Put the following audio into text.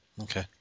Okay